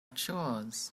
chores